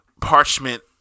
parchment